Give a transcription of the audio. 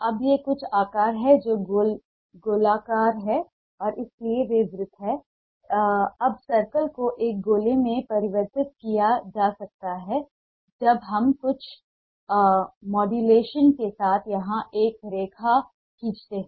अब सर्कल को एक गोले में परिवर्तित किया जा सकता है जब हम कुछ मॉड्यूलेशन के साथ यहां एक रेखा खींचते हैं